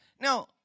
Now